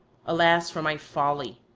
alas for my folly!